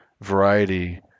variety